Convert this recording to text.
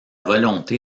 volonté